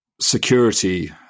security